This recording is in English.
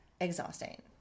exhausting